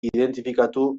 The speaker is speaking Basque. identifikatu